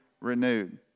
renewed